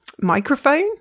microphone